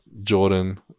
jordan